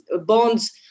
bonds